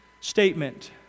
statement